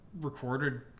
recorded